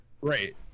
right